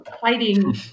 fighting